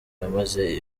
namaze